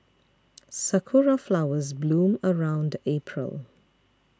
sakura flowers bloom around April